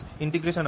r r